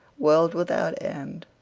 world without end,